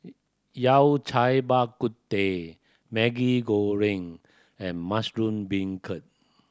Yao Cai Bak Kut Teh Maggi Goreng and mushroom beancurd